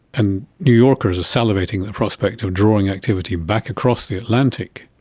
and new yorkers are salivating the prospect of drawing activity back across the atlantic.